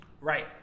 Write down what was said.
Right